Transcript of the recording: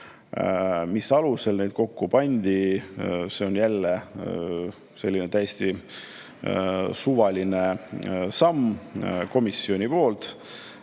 Mis alusel need kokku pandi? See oli jälle selline täiesti suvaline samm komisjoni poolt,